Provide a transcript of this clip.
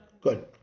Good